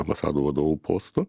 ambasadų vadovų postų